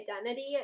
identity